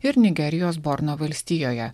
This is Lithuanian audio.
ir nigerijos borno valstijoje